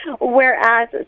Whereas